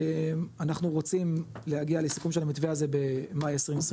אנחנו רוצים להגיע לסיכום של המתווה הזה במאי 2024,